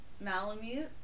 Malamute